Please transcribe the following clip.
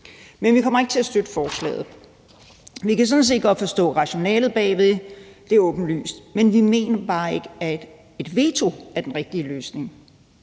men vi kommer ikke til at støtte forslaget. Vi kan sådan set godt forstå rationalet bag. Det er åbenlyst, men vi mener bare ikke, at et veto er den rigtige løsning.